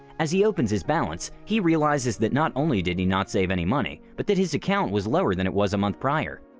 as he opens his balance he realizes that not only did he not save any money but that his account was lower than it was a month prior.